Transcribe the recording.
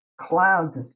clouds